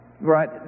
right